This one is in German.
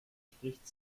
spricht